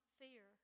fear